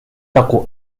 toku